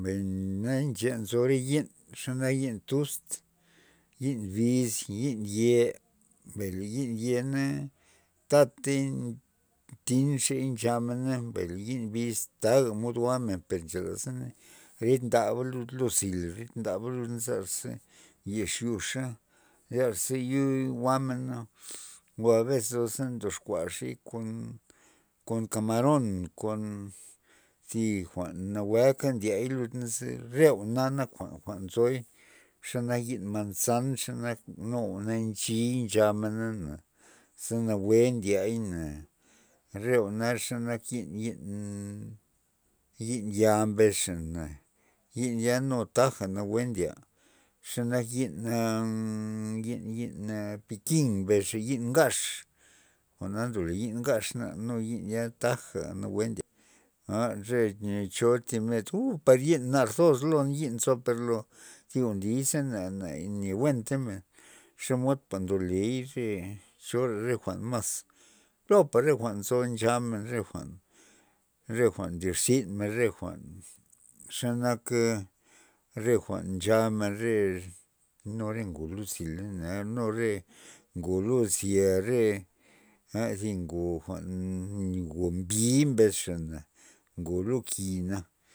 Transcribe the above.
Mbay nache nzo re yi'n xanak re yi'n tus yi'n bis yi'n ye per le yi'n yena tatey ntixey ncha mena mbay le yi'n bis taga mod jwa'men per nchelazana rid ndaba lo zil rid ndaba luda a zeraze yex yuxa sara ze yui jwa'mena nzo bes ndoxkuaxa kon- kon kamaron kon zi jwa'n nawue ndiey lud naze re jwa'na nak jwa'n nzoy xenak yi'n manzan xanak nu jwa'na nchi nchamena na ze nawue ndieyna re jwa'na xenak yi'n- yi'n yi'n ya' mbesxa yi'n ya nu taja nawue ndya xenak yi'a amm- yi'n- yi'n a yi'n pikin mbesxa yi'n ngax jwa'na ndole yi'n ngaxna nu yi'n ya taja nawue ndya cho thib ned uu re yi'n nar zos lo yi'n nzo per lo jwa'n nlyaza na ni buentamen xomodpa ndoley re chore re jwa'n mas plopa re jwa'n nzo nche gabmen re jwa'n re jwa'n nlirzyn men re jwa'n xanak re jwa'n nchamen re nu re ngo lo zila na nu re ngo lo zya re zi ngo, ngo mbi mbesxana ngolo lo ki'na.